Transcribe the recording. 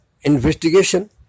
investigation